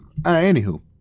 anywho